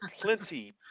plenty